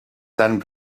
tant